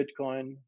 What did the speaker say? Bitcoin